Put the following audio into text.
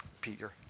Peter